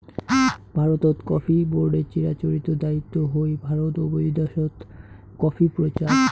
ভারতত কফি বোর্ডের চিরাচরিত দায়িত্ব হই ভারত ও বৈদ্যাশত কফি প্রচার